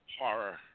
horror